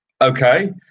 okay